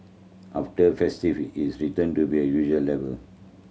after its return to be a usual level